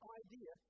idea